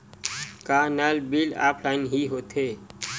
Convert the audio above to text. का नल bill offline हि होथे?